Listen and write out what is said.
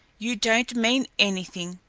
you don't mean anything.